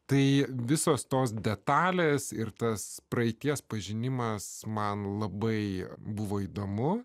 tai visos tos detalės ir tas praeities pažinimas man labai buvo įdomu